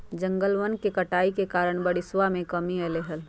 जंगलवन के कटाई के कारण बारिशवा में कमी अयलय है